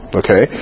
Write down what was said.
okay